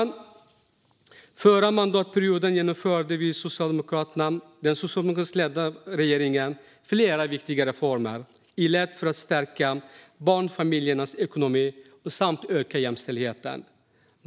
Under den förra mandatperioden genomförde den socialdemokratiskt ledda regeringen flera viktiga reformer som ett led för att stärka barnfamiljernas ekonomi samt öka jämställdheten.